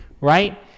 right